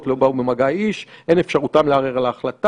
ואם זה לא עובד להסיק את המסקנות המתבקשות.